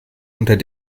unter